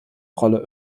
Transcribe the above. rolle